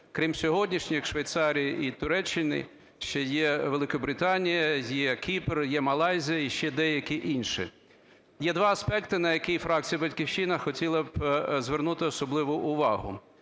Крім сьогоднішніх Швейцарії і Туреччини ще є Великобританія, є Кіпр, є Малайзія і ще деякі інші. Є два аспекти, на які фракція "Батьківщина" хотіла б звернути особливу увагу.